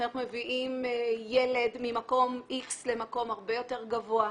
כשאנחנו מביאים ילד ממקום איקס למקום הרבה יותר גבוה,